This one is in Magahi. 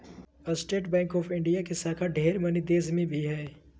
स्टेट बैंक ऑफ़ इंडिया के शाखा ढेर मनी देश मे भी हय